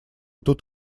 тут